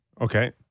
Okay